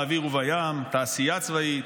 באוויר ובים ותעשייה צבאית.